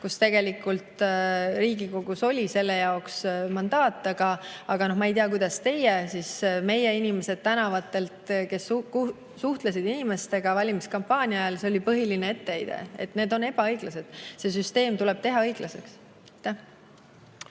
kus tegelikult Riigikogus oli selle jaoks mandaat. Aga ma ei tea, kuidas teie, aga kui meie inimesed suhtlesid inimestega valimiskampaania ajal tänaval, siis see oli põhiline etteheide, et need on ebaõiglased. See süsteem tuleb teha õiglaseks.